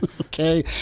Okay